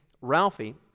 Ralphie